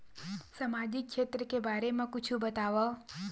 सामजिक क्षेत्र के बारे मा कुछु बतावव?